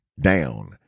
Down